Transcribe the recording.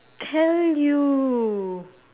tell you